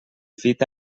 fita